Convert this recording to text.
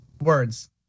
words